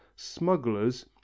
smugglers